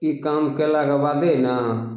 ई काम कयलाके बादे ने